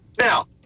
Now